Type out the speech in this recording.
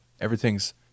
everything's